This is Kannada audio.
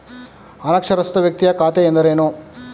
ಅನಕ್ಷರಸ್ಥ ವ್ಯಕ್ತಿಯ ಖಾತೆ ಎಂದರೇನು?